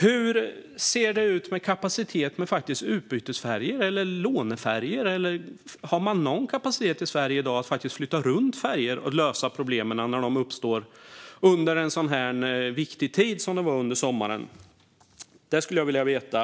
Hur ser det ut med kapaciteten för utbytesfärjor eller lånefärjor? Har man någon kapacitet i Sverige i dag att flytta runt färjor för att lösa problemen när de uppstår under en så viktig tid som det var under sommaren? Det skulle jag vilja veta.